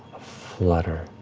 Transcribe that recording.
a-flutter.